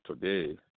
today